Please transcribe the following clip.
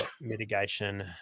mitigation